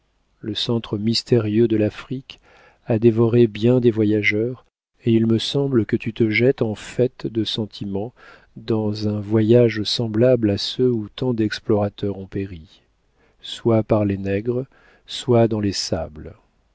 le centre mystérieux de l'afrique a dévoré bien des voyageurs et il me semble que tu te jettes en fait de sentiment dans un voyage semblable à ceux où tant d'explorateurs ont péri soit par les nègres soit dans les sables